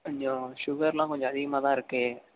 கொஞ்சம் ஷுகர் எல்லாம் கொஞ்சம் அதிகமாகதான் இருக்கு